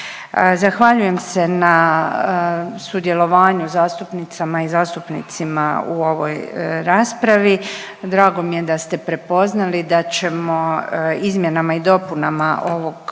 Zahvaljujem se na sudjelovanju zastupnicama i zastupnicima u ovoj raspravi. Drago mi je da ste prepoznali da ćemo izmjenama i dopunama ovog